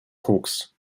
koks